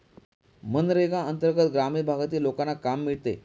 मनरेगा अंतर्गत ग्रामीण भागातील लोकांना काम मिळते